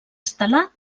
estel·lar